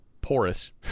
Porous